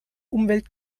umwelt